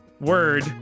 word